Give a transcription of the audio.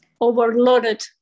overloaded